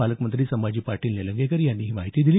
पालकमंत्री संभाजी पाटील निलंगेकर यांनी ही माहिती दिली